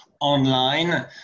online